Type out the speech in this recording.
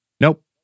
Nope